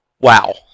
wow